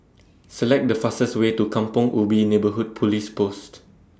Select The fastest Way to Kampong Ubi Neighbourhood Police Post